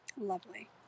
Lovely